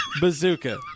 Bazooka